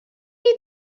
read